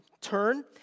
Turn